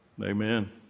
Amen